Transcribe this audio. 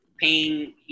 paying